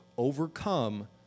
overcome